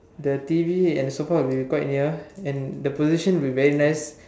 the T_V and sofa would be quite near and the position would be very nice